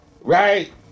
Right